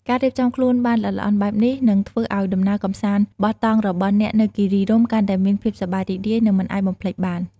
ការរៀបចំខ្លួនបានល្អិតល្អន់បែបនេះ នឹងធ្វើឲ្យដំណើរកម្សាន្តបោះតង់របស់អ្នកនៅគិរីរម្យកាន់តែមានភាពសប្បាយរីករាយ និងមិនអាចបំភ្លេចបាន។